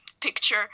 picture